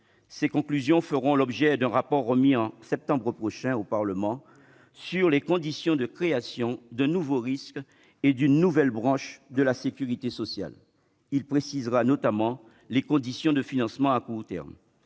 cette mission feront l'objet d'un rapport, remis en septembre prochain au Parlement, sur les conditions de création d'un nouveau risque et d'une nouvelle branche de la sécurité sociale. Il précisera notamment les conditions de leur financement à court terme.